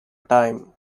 time